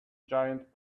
giant